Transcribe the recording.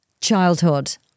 childhood